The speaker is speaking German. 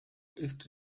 ist